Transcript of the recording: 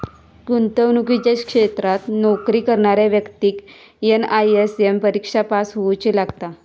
गुंतवणुकीच्या क्षेत्रात नोकरी करणाऱ्या व्यक्तिक एन.आय.एस.एम परिक्षा पास होउची लागता